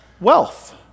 wealth